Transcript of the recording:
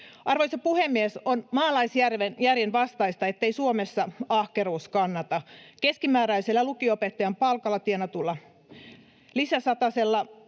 Arvoisa puhemies! On maalaisjärjen vastaista, ettei Suomessa ahkeruus kannata. Keskimääräisellä lukio-opettajan palkalla tienatusta lisäsatasesta